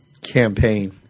campaign